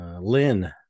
Lynn